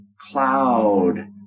cloud